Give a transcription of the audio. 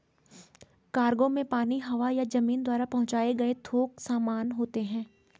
cargo में पानी, हवा या जमीन द्वारा पहुंचाए गए थोक सामान होते हैं